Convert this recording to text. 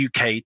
UK